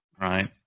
right